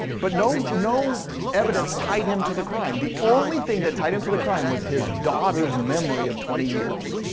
but no no evidence tied him to the crime. the only thing that tied him to the crime was his daughter's memory of twenty years.